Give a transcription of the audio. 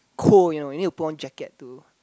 cold you know you need to put on jacket to